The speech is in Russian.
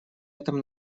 этом